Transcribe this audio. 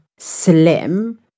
slim